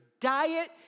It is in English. diet